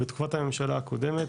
בתקופת הממשלה הקודמת,